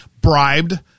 bribed